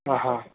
आ हा